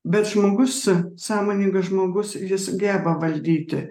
bet žmogus sąmoningas žmogus jis geba valdyti